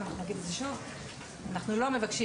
אז אנחנו נגיד את זה שוב: אנחנו לא מבקשים